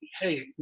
Hey